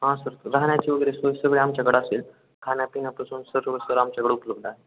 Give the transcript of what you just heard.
हां सर राहण्याची वगैरे सोय सगळे आमच्याकडं असेल खाण्यापिण्यापासून सर्व सर आमच्याकडं उपलब्ध आहे